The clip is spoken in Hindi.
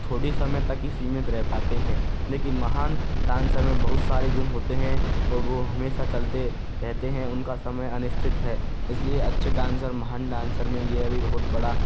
थोड़े समय तक ही सीमित रहे पाते हैं लेकिन महान डांसर में बहुत सारे गुण होते हैं और वो हमेशा चलते रहते हैं उनका समय अनिश्चित है इसलिए अच्छे डांसर महान डांसर में यह भी बहुत बड़ा